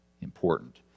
important